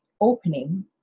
opening